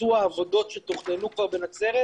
בביצוע עבודות שכבר תוכננו בנצרת,